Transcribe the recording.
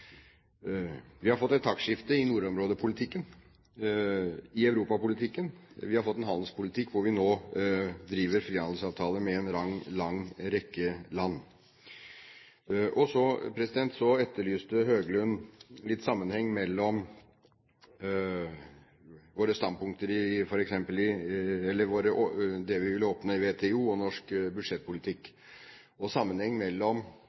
Vi har fått et taktskifte i nordområdepolitikken og i Europa-politikken. Vi har fått en handelspolitikk hvor vi nå har frihandelsavtaler med en lang rekke land. Så etterlyste Høglund litt sammenheng mellom det vi vil oppnå i WTO, og norsk budsjettpolitikk. Sammenheng mellom utenrikspolitikk og budsjettpolitikk er jo interessant hvis vi